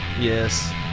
Yes